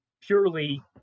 purely